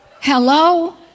Hello